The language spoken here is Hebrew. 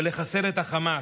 ולחסל את החמאס.